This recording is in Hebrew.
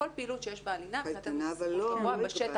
כל פעילות שיש בה לינה מבחינתנו זה סיכון,